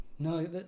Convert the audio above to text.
No